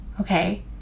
okay